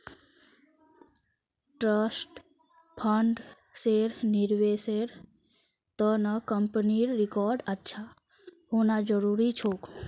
trust फंड्सेर निवेशेर त न कंपनीर रिकॉर्ड अच्छा होना जरूरी छोक